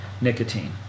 nicotine